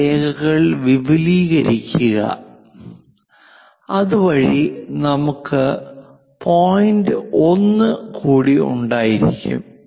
ആ രേഖകൾ വിപുലീകരിക്കുക അതുവഴി നമുക്ക് പോയിന്റ് 1 കൂടി ഉണ്ടായിരിക്കും